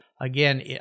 again